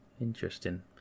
Interesting